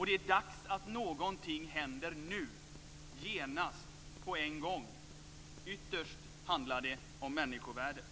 Det är dags att någonting händer nu, genast, på en gång. Ytterst handlar det om människovärdet.